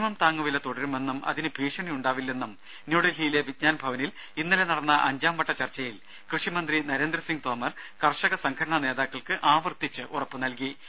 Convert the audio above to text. minimum താങ്ങുവില തുടരുമെന്നും അതിന് ഭീഷണിയുണ്ടാവില്ലെന്നും ന്യൂഡൽഹിയിലെ വിജ്ഞാൻഭവനിൽ ഇന്നലെ നടന്ന അഞ്ചാം വട്ട ചർച്ചയിൽ കൃഷിമന്ത്രി നരേന്ദർസിംഗ് തോമർ കർഷക സംഘടനാ നേതാക്കൾക്ക് ആവർത്തിച്ച് ഉറപ്പുനൽകി